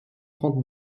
trente